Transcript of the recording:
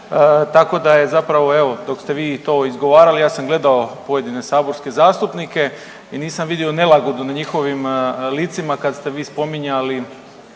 tako da je zapravo evo dok ste vi to izgovarali ja sam gledao pojedine saborske zastupnike i nisam vidio nelagodu na njihovim licima kad ste vi spominjali